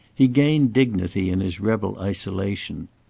he gained dignity in his rebel isolation.